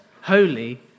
holy